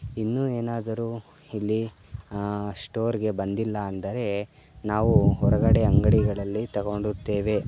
ಇನ್ನು ಏನಾದರು ಇಲ್ಲಿ ಶ್ಟೋರ್ಗೆ ಬಂದಿಲ್ಲ ಅಂದರೆ ನಾವು ಹೊರಗಡೆ ಅಂಗಡಿಗಳಲ್ಲಿ ತೊಗೊಳ್ಳುತ್ತೇವೆ